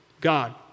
God